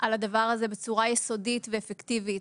על הדבר הזה בצורה יסודית ואפקטיבית.